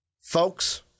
Folks